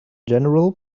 general